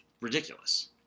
ridiculous